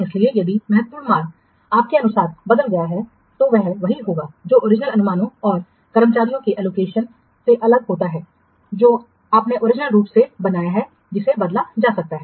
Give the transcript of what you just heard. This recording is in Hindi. इसलिए यदि महत्वपूर्ण मार्ग आपके अनुसार बदल गया है तो वह वही होगा जो ओरिजिनल अनुमानों और कर्मचारियों के आवंटन से अलग होता है जो आपने ओरिजिनल रूप से बनाया है जिसे बदला जा सकता है